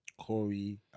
Corey